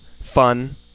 fun